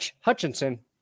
Hutchinson